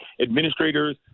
administrators